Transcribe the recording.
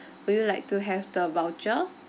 will you like to have the voucher